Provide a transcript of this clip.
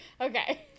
Okay